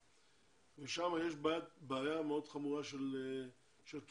בארגנטינה ושם יש בעיה מאוד חמורה של כסף,